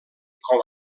com